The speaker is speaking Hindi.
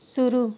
शुरू